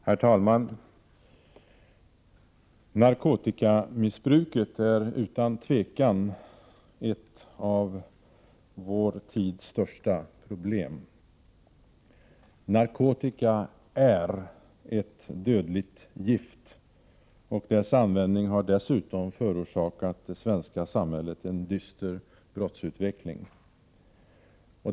Herr talman! Narkotikamissbruket är utan tvivel ett av vår tids största problem. Narkotika är ett dödligt gift, och dess användning har dessutom förorsakat det svenska samhället en dyster brottsutveckling.